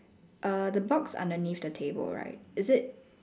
err the box underneath the table right is it